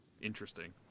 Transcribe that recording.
interesting